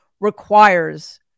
Requires